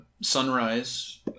Sunrise